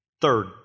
Third